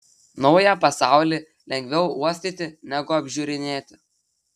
naują pasaulį lengviau uostyti negu apžiūrinėti